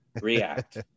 react